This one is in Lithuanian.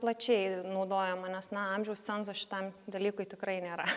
plačiai naudojama nes na amžiaus cenzo šitam dalykui tikrai nėra